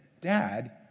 Dad